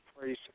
please